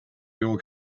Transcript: will